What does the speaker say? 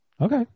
Okay